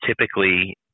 typically